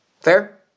Fair